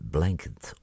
Blanket